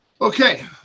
Okay